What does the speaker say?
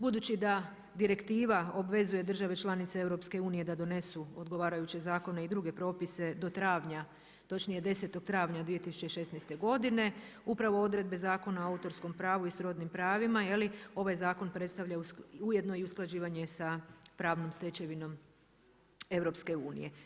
Budući da direktiva obvezuje države članice EU da donesu odgovarajuće zakone i druge propise do travnja, točije 10. travnja 2016. godine, upravo odredbe zakona o autorskom pravu i srodnim pravima je li, ovaj zakon predstavlja ujedno i usklađivanje sa pravnom stečevinom EU.